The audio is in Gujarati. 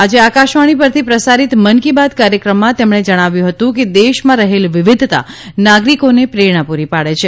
આજે આકાશવાણી પરથી પ્રસારિત મન કી બાત કાર્યક્રમમાં તેમણે જણાવ્યું હતું કે દેશમાં રહેલ વિવિધતા નાગરીકોને પ્રેરણા પૂરી પાડે છે